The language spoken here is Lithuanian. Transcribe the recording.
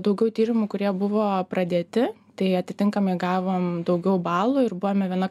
daugiau tyrimų kurie buvo pradėti tai atitinkamai gavom daugiau balų ir buvome viena